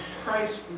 Christ